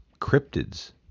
cryptids